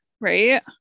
Right